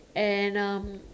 and um